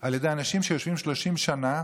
על ידי אנשים שיושבים 30 שנה,